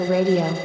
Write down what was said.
Radio